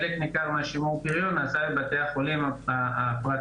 חלק ניכר משימור הפריון נעשה בבתי החולים הפרטיים,